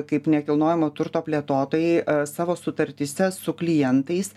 kaip nekilnojamo turto plėtotojai savo sutartyse su klientais